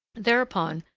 thereupon,